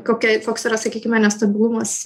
kokia koks yra sakykime nestabilumas